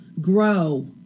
grow